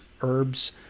herbs